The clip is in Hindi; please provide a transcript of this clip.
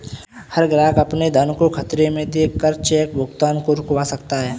हर ग्राहक अपने धन को खतरे में देख कर चेक भुगतान को रुकवा सकता है